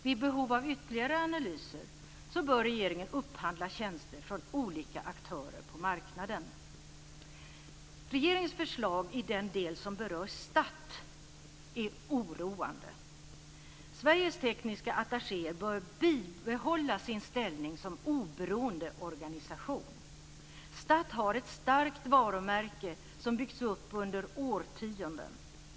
Vid behov av ytterligare analyser bör regeringen upphandla tjänster från olika aktörer på marknaden. är oroande. Sveriges tekniska attachéer bör bibehålla sin ställning som oberoende organisation. STATT har ett starkt varumärke som byggts upp under årtionden.